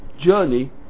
journey